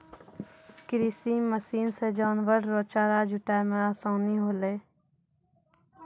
कृषि मशीन से जानवर रो चारा जुटाय मे आसानी होलै